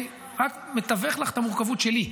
רגע, אני רק מתווך לך את המורכבות שלי.